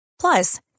Plus